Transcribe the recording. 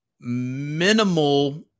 minimal